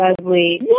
Leslie